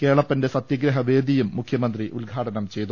കേളപ്പന്റെ സത്യഗ്രഹ വേദിയും മുഖ്യമന്ത്രി ഉദ്ഘാടനം ചെയ്തു